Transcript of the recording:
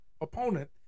opponent